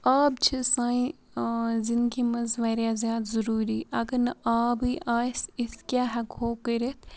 آب چھُ سانہِ زنٛدگی منٛز واریاہ زیادٕ ضروٗری اَگَر نہٕ آبٕے آسہِ أسۍ کیاہ ہیٚکو کٔرِتھ